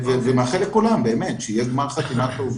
אני מאחל לכולם גמר חתימה טובה,